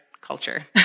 culture